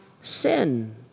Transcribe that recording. sin